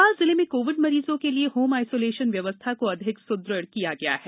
भोपाल जिले में कोविड मरीजों के लिये होम आइसोलेशन व्यवस्था को अधिक सुद्रढ़ किया गया है